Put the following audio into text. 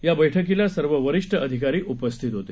या बैठकीला सर्व वरिष्ठ अधिकारी उपस्थित होते